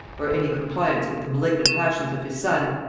or any compliance with the malignant passions of his son,